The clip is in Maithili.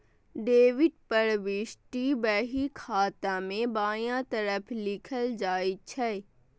डेबिट प्रवृष्टि बही खाता मे बायां तरफ लिखल जाइ छै